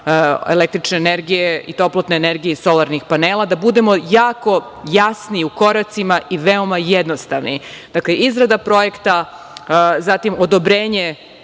električne energije i toplotne energije i solarnih panela da budemo jako jasni u koracima i veoma jednostavni. Izrada projekta, zatim odobrenje